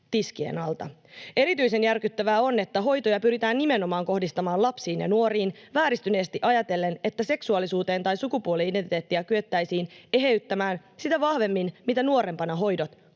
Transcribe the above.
tiskien alta. Erityisen järkyttävää on, että hoitoja pyritään kohdistamaan nimenomaan lapsiin ja nuoriin vääristyneesti ajatellen, että seksuaalisuutta tai sukupuoli-identiteettiä kyettäisiin eheyttämään sitä vahvemmin, mitä nuorempana hoidot